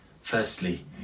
Firstly